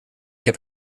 heb